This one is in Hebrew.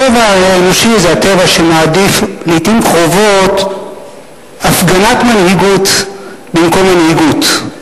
הטבע האנושי זה הטבע שמעדיף לעתים קרובות הפגנת מנהיגות במקום מנהיגות.